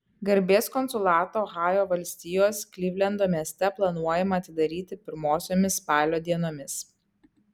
garbės konsulatą ohajo valstijos klivlendo mieste planuojama atidaryti pirmosiomis spalio dienomis